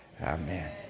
Amen